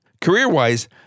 Career-wise